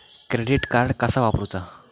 Credit card कसा वापरूचा?